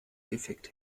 effekt